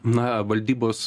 na valdybos